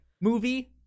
movie